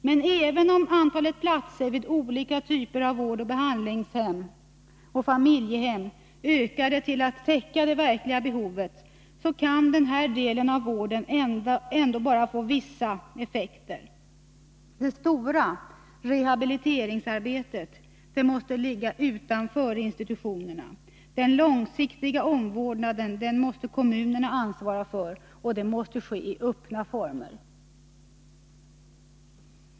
Men även om antalet platser vid olika typer av vårdoch behandlingshem och familjehem ökade till att täcka det verkliga behovet, kan denna del av vården ändå bara få vissa effekter. Det stora rehabiliteringsarbetet måste ligga utanför institutionerna. Den långsiktiga omvårdnaden måste kommunerna ansvara för, och den måste ske i öppna former.